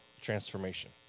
transformation